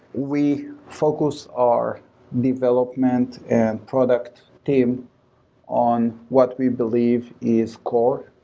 we focus our development and product team on what we believe is core.